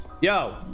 Yo